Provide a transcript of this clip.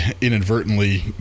inadvertently